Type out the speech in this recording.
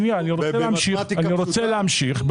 אני רוצה להמשיך.